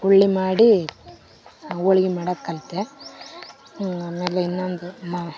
ಉಳ್ಳಿ ಮಾಡಿ ಹೋಳ್ಗಿ ಮಾಡೋಕ್ ಕಲಿತೆ ಆಮೇಲೆ ಇನ್ನೊಂದು ಮ